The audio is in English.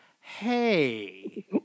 hey